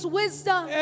wisdom